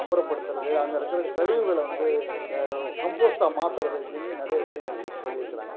அப்புறப்படுத்துகிறது அங்கே இருக்குகிற கழிவுகள வந்து கம்போஸ்ட்டாக மாத்துகிறது அப்படின்னு நிறைய விஷயங்கள் சொல்லிருக்கிறாங்க